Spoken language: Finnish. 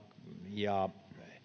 ja